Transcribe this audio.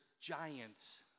giants